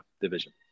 division